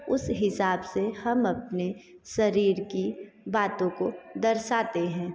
उस हिसाब से हम अपने शरीर की बातों को दर्शाते हैं